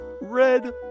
red